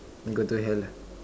you go to hell lah